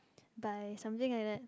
by something like that